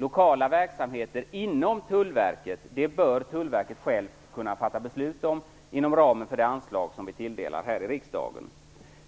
Lokala verksamheter inom Tullverket bör Tullverket självt kunna fatta beslut om inom ramen för de anslag som vi tilldelar här i riksdagen.